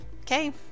Okay